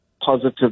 positive